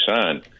signed